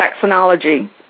vaccinology